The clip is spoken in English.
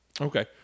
Okay